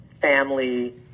family